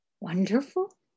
Wonderful